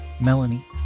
Melanie